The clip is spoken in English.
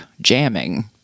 jamming